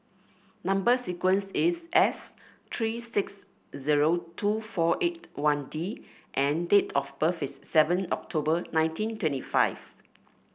number sequence is S three six zero two four eight one D and date of birth is seven October nineteen twenty five